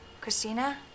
Christina